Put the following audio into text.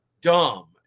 dumb